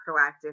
proactive